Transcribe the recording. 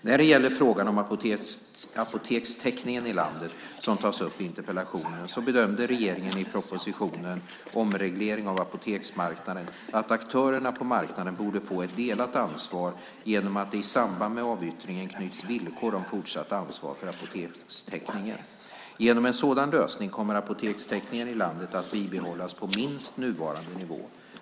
När det gäller frågan om apotekstäckningen i landet, som tas upp i interpellationen, bedömde regeringen i propositionen Omreglering av apoteksmarknaden att aktörerna på marknaden borde få ett delat ansvar genom att det i samband med avyttringen knyts villkor om fortsatt ansvar för apotekstäckningen. Genom en sådan lösning kommer apotekstäckningen i landet att bibehållas på minst nuvarande nivå.